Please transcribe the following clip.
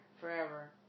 Forever